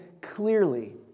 clearly